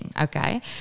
okay